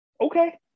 okay